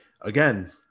Again